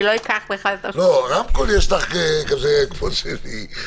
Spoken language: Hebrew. אני לא אקח לך את --- יש לך רמקול כמו שלי.